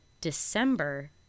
December